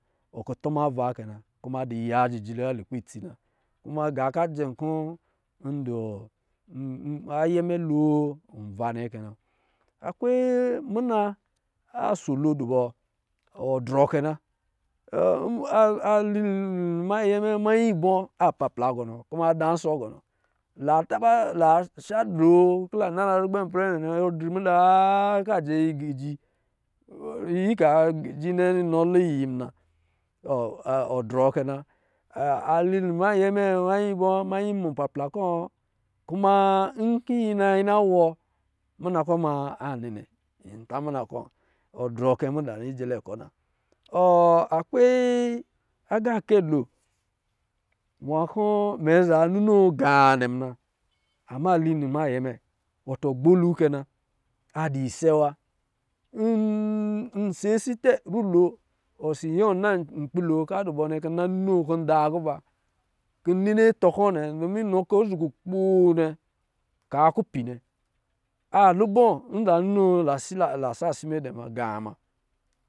Kutuma va kɛ na kuma a dɔ̄ ya jijili wa lukpɛ itsi na kuma gā k jɛ ayɛ mɛ lo nva nnɛ a kwe mw aso lo dubɔ odrɔ kɛ na a li ninuma aye mɛ manyi bɔ a plapla gɔnɔ kuma ada nso gɔnɔ la taba, la sha droo kɔ̄ ba la nala run ipɛrɛ nne, ɔ dri ma da yari ka jɛ, yi gɛji, yi ka gaji nne nɔ lo iyi muna ɔ os kɛna. A li inuma ayɛ manyi bɔ mannyi mu plapla kɔ̄ kuma nkɔ̄ yi nayi na wɔ muna kɔ̌ ma anɛnɛ nyi ta muna kɔ̄ wa ɔ dvɔ kɛ muda na liyɛlɛ kɔ̄ na. ɔ akwe agakɛ lop nwa kɔ̄ mɛ za ninoo gaa dɛ muna ama li inuma ayɛ mɛ wɔtɔ gbdu kɛ na adɔ̄ isɛ wa n se sitɛ rilo osi yiwɔ na nkpi lo kɔ̄ a dɔ̄ bɔ nne kɔ́ ninoo kɔ̄ da kwa, kɔ̄ n ninii atɔ kɔ̄ nnɛ dume nɔ kɛ yi kukpoo nnɛ kaa kupi nnɛ a lubɔ n zaa ninoo na sila, na sa sime dɛ ma gaa mura